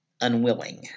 Unwilling